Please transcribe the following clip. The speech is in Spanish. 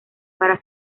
para